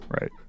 Right